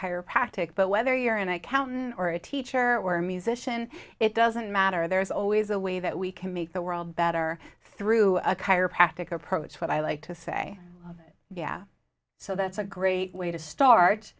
paktika but whether you're an accountant or a teacher or a musician it doesn't matter there's always a way that we can make the world better through a chiropractic approach what i like to say yeah so that's a great way to start